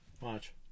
watch